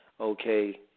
Okay